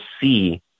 see